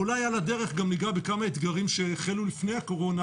אולי על הדרך גם ניגע בכמה אתגרים שהחלו לפני הקורונה